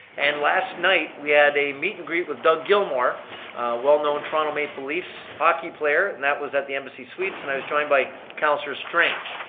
and last night, we had a meet and greet with doug gilmore, a well-known toronto made police hockey player, and that was at the embassy suites and i was joined by councillor strange.